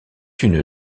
une